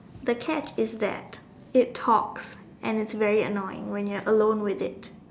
the catch is that it talks and it's very annoying when you are alone with it